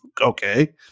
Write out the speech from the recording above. Okay